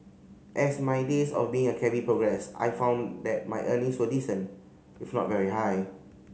as my days of being a cabby progressed I found that my earnings were decent if not very high